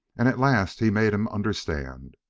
and at last he made him understand.